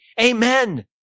amen